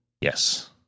Yes